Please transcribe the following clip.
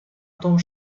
том